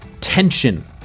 tension